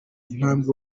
intambwe